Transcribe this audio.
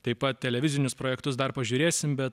taip pat televizinius projektus dar pažiūrėsim bet